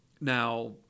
Now